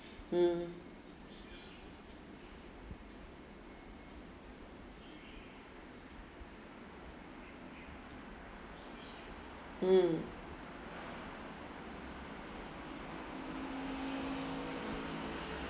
mm mm